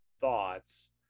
thoughts